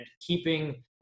keeping